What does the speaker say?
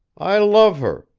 i love her.